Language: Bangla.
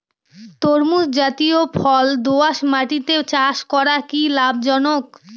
তরমুজ জাতিয় ফল দোঁয়াশ মাটিতে চাষ করা কি লাভজনক?